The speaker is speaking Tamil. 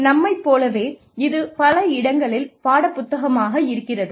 நம்மைப் போலவே இது பல இடங்களில் பாடப் புத்தகமாக இருக்கிறது